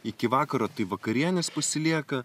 iki vakaro tai vakarienės pasilieka